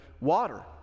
water